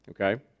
Okay